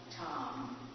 Tom